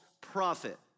prophet